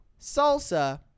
salsa